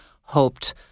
hoped